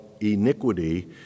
iniquity